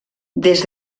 des